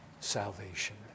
salvation